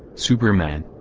superman?